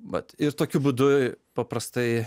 vat ir tokiu būdu paprastai